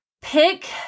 pick